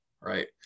right